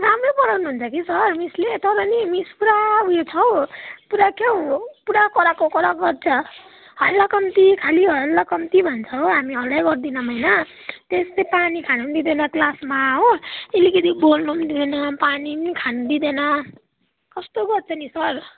राम्रै पढाउनुहुन्छ कि सर मिसले तर नि मिस पूरा उयो छ हौ पूरा क्याउ पूरा कराएको कराएको गर्छ हल्ला कम्ति खालि हल्ला कम्ति भन्छ हो हामी हल्लै गर्दैनौँ होइन त्यस्तै पानी खानु पनि दिँदैन क्लासमा हो अलिकति बोल्नु पनि दिँदैन पानी पनि खानु दिँदैन कस्तो गर्छ नि सर